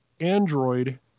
Android